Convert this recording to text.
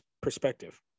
perspective